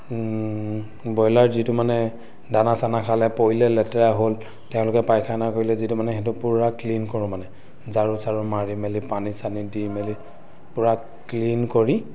broiler যিটো মানে দানা চানা খালে পৰিলে লেতেৰা হ'ল তেওঁলোকে পাইখানা কৰিলে যিটো মানে সেইটো পূৰা ক্লিন কৰোঁ মানে ঝাৰু চাৰু মাৰি মেলি পানী চানী দি মেলি পূৰা ক্লিন কৰি